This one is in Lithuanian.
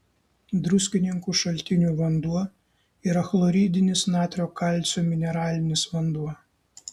druskininkų šaltinių vanduo yra chloridinis natrio kalcio mineralinis vanduo